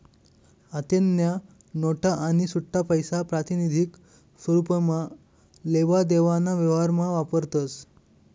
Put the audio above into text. आत्तेन्या नोटा आणि सुट्टापैसा प्रातिनिधिक स्वरुपमा लेवा देवाना व्यवहारमा वापरतस